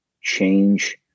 change